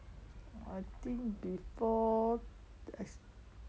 I think before as~